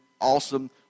awesome